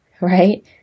right